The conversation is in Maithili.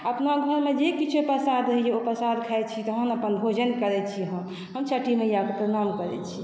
अपना घरमे जे किछु प्रसाद रहैए ओ खाइत छी तहन अपन भोजन करैत छी हम हम छठी मैयाके प्रणाम करैत छी